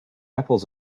apples